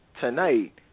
tonight